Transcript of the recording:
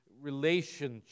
relationship